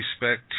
respect